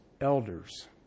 elders